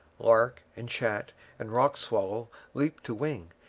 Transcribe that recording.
lark and chat and rock-swallow leaped to wing,